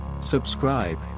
Subscribe